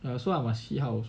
so I must see how also